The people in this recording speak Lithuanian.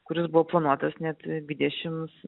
kuris buvo planuotas net dvidešims